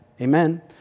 Amen